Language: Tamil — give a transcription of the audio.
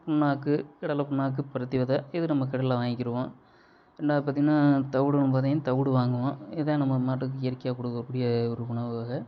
புண்ணாக்கு கடலை புண்ணாக்கு பருத்தி வெதை இது நம்ம கடையில் வாங்கிடுவோம் ரெண்டாவது பார்த்திங்கனா தவிடு வந்து பார்த்திங்கனா தவிடு வாங்குவோம் இதுதான் நம்ம மாட்டுக்கு இயற்கையாக கொடுக்க கூடிய ஒரு உணவு வகை